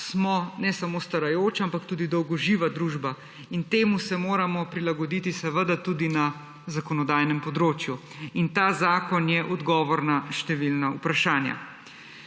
smo ne samo starajoča, ampak tudi dolgoživa družba. Temu se moramo prilagoditi seveda tudi na zakonodajnem področju in ta zakon je odgovor na številna vprašanja.